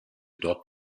dort